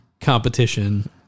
competition